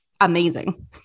amazing